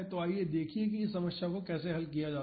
तो आइए देखें कि इस समस्या को कैसे हल किया जाए